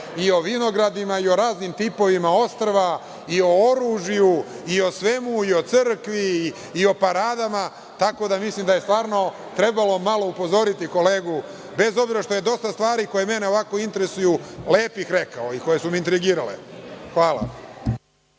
i o vinogradima, i o raznim tipovima ostrva, i o oružju, i o svemu, i o crkvi, i o paradama, tako da mislim da je, stvarno, trebalo malo upozoriti kolegu. Bez obzira što je dosta stvari koje mene ovako interesuju lepih rekao, i koje su me intrigirale. Hvala.